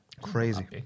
Crazy